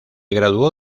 graduó